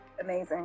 amazing